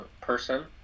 person